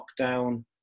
lockdown